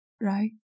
Right